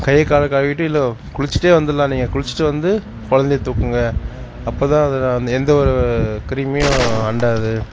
கையை காலை கழுவிட்டு இல்லை குளித்திட்டே வந்துடலாம் நீங்கள் குளித்துட்டு வந்து குழந்தைய தூக்குங்க அப்போதான் எந்த ஒரு கிருமியும் அண்டாது